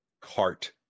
cart